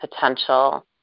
potential